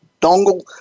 dongle